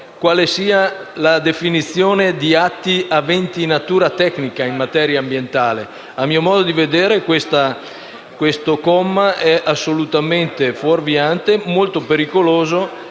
quale sia la definizione di «atti aventi natura tecnica in materia ambientale». A mio modo di vedere, questo comma è assolutamente fuorviante, molto pericoloso